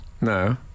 No